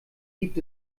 gibt